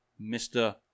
Mr